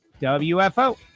WFO